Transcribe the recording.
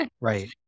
Right